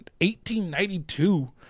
1892